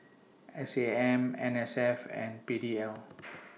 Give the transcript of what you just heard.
S A M N S F and P D L